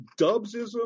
Dubsism